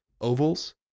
ovals